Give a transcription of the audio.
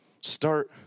Start